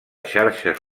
xarxes